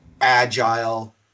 agile